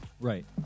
Right